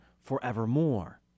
forevermore